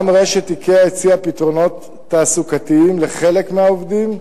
גם רשת "איקאה" הציעה פתרונות תעסוקתיים לחלק מהעובדים,